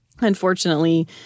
unfortunately